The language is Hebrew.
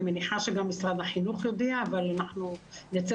אני מניחה שגם משרד החינוך יודיע אבל אנחנו נצא